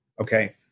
okay